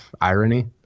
irony